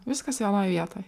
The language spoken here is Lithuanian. viskas vienoj vietoj